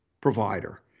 provider